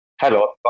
hello